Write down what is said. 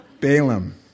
Balaam